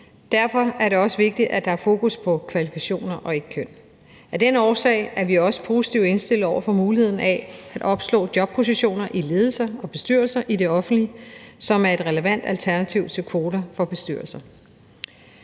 Derfor er det også vigtigt, at der er fokus på kvalifikationer og ikke køn. Af den årsag er vi også positivt indstillet over for muligheden for at opslå jobpositioner i ledelser og bestyrelser i det offentlige, som er et relevant alternativ til kvoter i bestyrelser.